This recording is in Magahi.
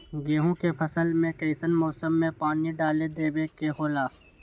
गेहूं के फसल में कइसन मौसम में पानी डालें देबे के होला?